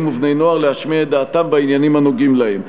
ובני-נוער להשמיע את דעתם בעניינים הנוגעים להם.